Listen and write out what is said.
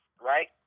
right